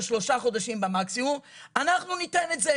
שלושה חודשים במקסימום - אנחנו ניתן את זה.